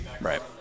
Right